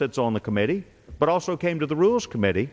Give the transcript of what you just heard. sits on the committee but also came to the rules committee